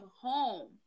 home